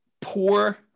Poor